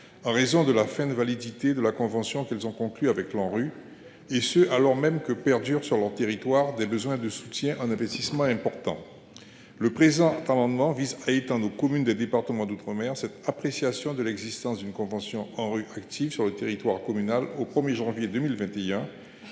au motif de la fin de validité de la convention qu’elles ont conclue avec l’Anru, et ce alors même que subsistent sur leur territoire des besoins d’investissement importants. Le présent amendement vise à étendre aux communes des départements d’outre mer cette appréciation de l’existence d’une convention Anru active sur le territoire communal au 1janvier 2021,